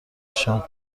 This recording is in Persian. نشان